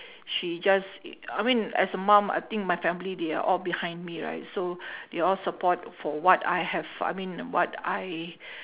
she just I mean as a mum I think my family they are all behind me right so they all support for what I have I mean what I